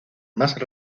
más